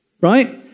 right